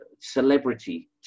celebrity